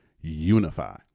unify